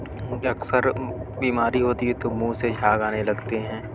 ان کے اکثر بیماری ہوتی ہے تو منہ سے جھاگ آنے لگتے ہیں